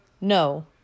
no